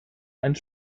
einen